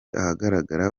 ahagaragara